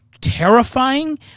terrifying